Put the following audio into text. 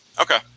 Okay